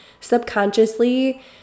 subconsciously